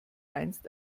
einst